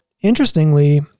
Interestingly